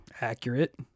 accurate